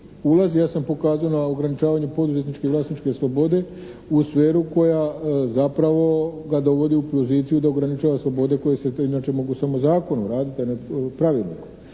ulazi ja sam pokazao na ograničavanje poduzetničke i vlasničke slobode u sferu koja zapravo ga dovodi u poziciju da ograničava slobode koje se tu inače mogu samo zakonom raditi, a ne pravilnikom.